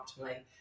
optimally